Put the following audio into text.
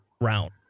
round